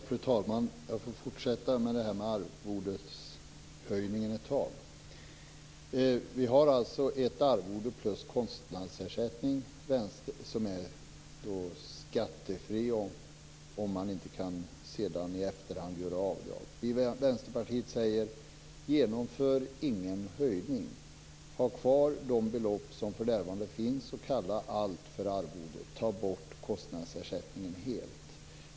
Fru talman! Jag får fortsätta med det här med arvodeshöjningen ett tag till. Vi har alltså ett arvode plus kostnadsersättning som är skattefri - om man inte sedan i efterhand kan göra avdrag. Vi i Vänsterpartiet säger: Genomför ingen höjning! Ha kvar de belopp som för närvarande finns och kalla allt för arvode! Ta bort kostnadsersättningen helt!